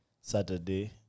Saturday